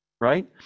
right